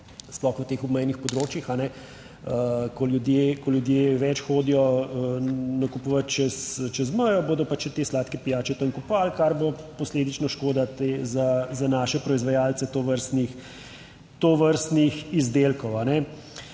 sploh v teh obmejnih področjih, ko ljudje več hodijo nakupovat čez mejo, bodo pač te sladke pijače tam kupovali, kar bo posledično škoda za naše proizvajalce tovrstnih izdelkov.